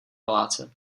paláce